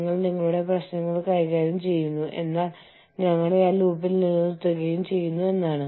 നിങ്ങൾക്ക് മറ്റൊരു രാജ്യത്ത് ഫോർ വീലറുകൾ നിർമ്മിക്കാം പക്ഷേ ഒരേ ബ്രാൻഡിന് കീഴിലാണ്